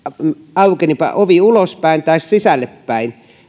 aukenipa ovi ulospäin tai sisälle päin